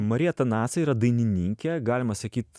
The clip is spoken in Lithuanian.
marija tanasa yra dainininkė galima sakyt